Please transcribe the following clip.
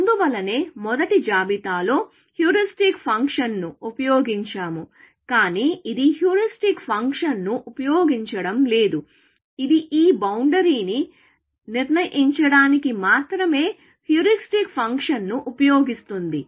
అందువల్లనే మొదటి జాబితాలో హ్యూరిస్టిక్ ఫంక్షన్ను ఉపయోగించాము కానీ ఇది హ్యూరిస్టిక్ ఫంక్షన్ను ఉపయోగించడం లేదు ఇది ఈ బౌండరీ ని నిర్ణయించడానికి మాత్రమే హ్యూరిస్టిక్ ఫంక్షన్ను ఉపయోగిస్తుంది